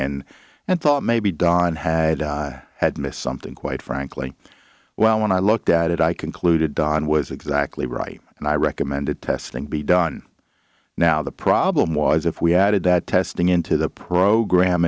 and and thought maybe done had i had missed something quite frankly well when i looked at it i concluded don was exactly right and i recommended testing be done now the problem was if we added that testing into the program